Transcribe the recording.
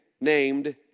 named